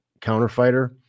counterfighter